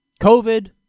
COVID